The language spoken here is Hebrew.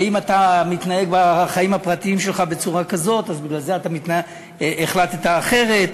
האם אתה מתנהג בחיים הפרטיים שלך בצורה כזאת אז בגלל זה החלטת אחרת?